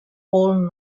all